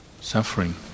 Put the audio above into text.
suffering